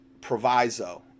proviso